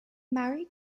married